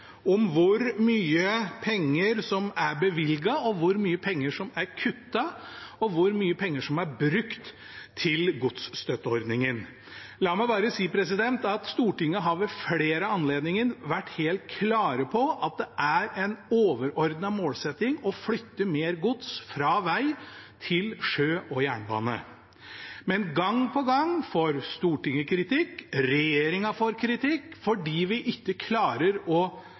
om hvor mye penger som er bevilget, hvor mye penger som er kuttet, og hvor mye penger som er brukt til godsstøtteordningen. La meg bare si at Stortinget ved flere anledninger har vært helt klar på at det er en overordnet målsetting å flytte mer gods fra veg til sjø og jernbane. Gang på gang får Stortinget og regjeringen kritikk fordi vi ikke klarer å